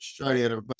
Australia